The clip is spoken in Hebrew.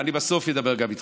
אני בסוף אדבר גם איתך.